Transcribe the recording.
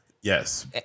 Yes